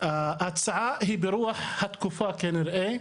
ההצעה היא ברוח התקופה, כנראה,